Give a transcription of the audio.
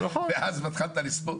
ואז מתחילים לספור?